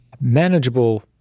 Manageable